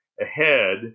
ahead